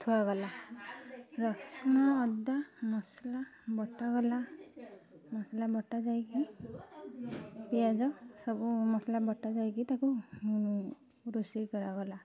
ଥୁଆଗଲା ରସୁଣ ଅଦା ମସଲା ବଟାଗଲା ମସଲା ବଟାଯାଇକି ପିଆଜ ସବୁ ମସଲା ବଟାଯାଇକି ତାକୁ ରୋଷେଇ କରାଗଲା